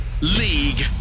League